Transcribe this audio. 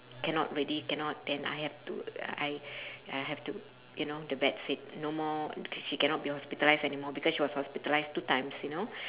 cannot ready cannot then I have to I I have to you know the vet said no more she cannot be hospitalised anymore because she was hospitalised two times you know